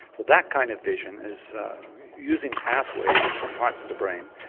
that that kind of vision is using pathways, different parts of the brain,